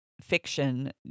fiction